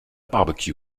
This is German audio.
barbecue